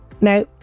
now